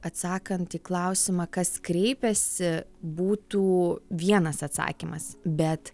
atsakant į klausimą kas kreipiasi būtų vienas atsakymas bet